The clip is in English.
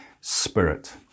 Spirit